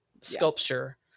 sculpture